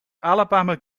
alabama